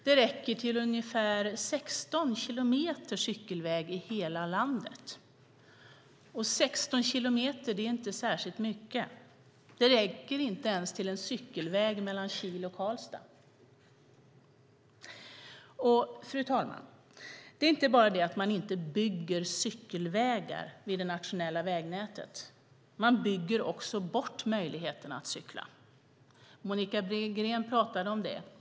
Det räcker till ungefär 16 kilometer cykelväg i hela landet. 16 kilometer är inte särskilt mycket. Det räcker inte ens till en cykelväg mellan Kil och Karlstad. Fru talman! Det är inte bara det att man inte bygger cykelvägar vid det nationella vägnätet. Man bygger också bort möjligheten att cykla. Monica Green talade om det.